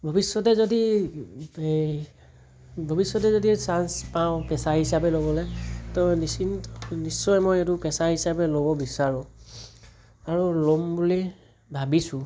ভৱিষ্যতে যদি হেৰি ভৱিষ্যতে যদি চাঞ্চ পাওঁ পেছা হিচাপে ল'বলৈ তো নিচিন্ত নিশ্চয় মই এইটো পেছা হিচাপে ল'ব বিচাৰোঁ আৰু ল'ম বুলি ভাবিছোঁ